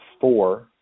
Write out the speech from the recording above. four